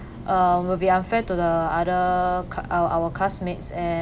uh will be unfair to the other cla~ uh our classmates